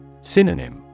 Synonym